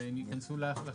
אז הם יכנסו לחוק.